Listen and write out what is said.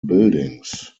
buildings